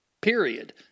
Period